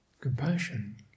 Compassion